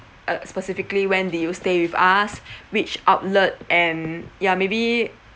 uh specifically when did you stay with us which outlet and ya maybe